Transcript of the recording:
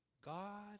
God